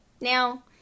Now